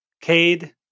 Cade